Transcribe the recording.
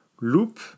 loop